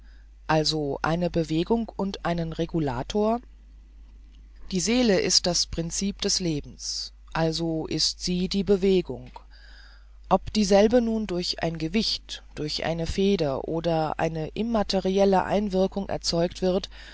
also eine bewegung und einen regulator die seele ist das princip des lebens also ist sie die bewegung ob dieselbe nun durch ein gewicht durch eine feder oder eine immaterielle einwirkung erzeugt wird